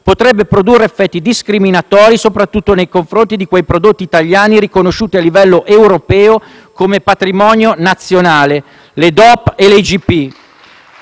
potrebbe produrre effetti discriminatori soprattutto nei confronti di quei prodotti italiani riconosciuti a livello europeo come patrimonio nazionale (DOP e IGP),